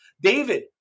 david